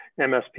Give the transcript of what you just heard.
MSP